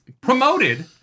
promoted